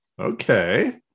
Okay